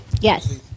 Yes